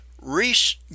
Reese